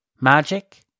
Magic